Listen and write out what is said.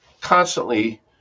constantly